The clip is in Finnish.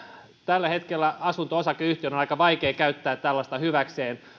tällä hetkellä asunto osakeyhtiön on aika vaikea käyttää tällaista hyväkseen